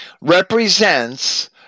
represents